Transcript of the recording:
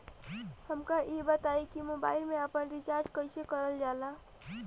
हमका ई बताई कि मोबाईल में आपन रिचार्ज कईसे करल जाला?